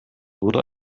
wurde